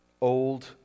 old